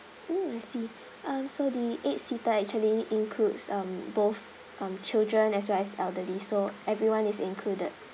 mm I see um so the eight seater actually includes um both um children as well as elderly so everyone is included